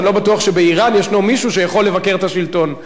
אני לא בטוח שבאירן ישנו מישהו שיכול לבקר את השלטון.